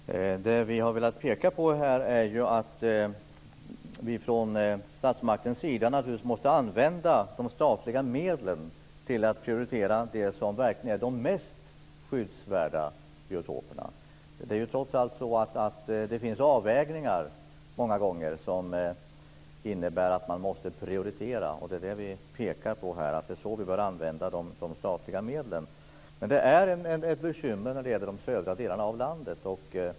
Fru talman! Vad vi har velat peka på här är att vi från statsmaktens sida naturligtvis måste använda de statliga medlen till att prioritera de som verkligen är de mest skyddsvärda biotoperna. Trots allt görs det många gånger avvägningar som innebär att man måste prioritera. Det är därför vi pekar på här att det är så vi bör använda de statliga medlen. Men det är ett bekymmer när det gäller de södra delarna av landet.